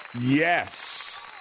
Yes